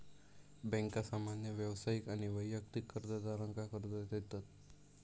बँका सामान्य व्यावसायिक आणि वैयक्तिक कर्जदारांका कर्ज देतत